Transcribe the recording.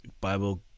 Bible